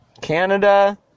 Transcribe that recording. Canada